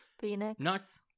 Phoenix